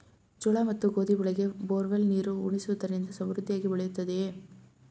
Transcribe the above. ಜೋಳ ಮತ್ತು ಗೋಧಿ ಬೆಳೆಗೆ ಬೋರ್ವೆಲ್ ನೀರು ಉಣಿಸುವುದರಿಂದ ಸಮೃದ್ಧಿಯಾಗಿ ಬೆಳೆಯುತ್ತದೆಯೇ?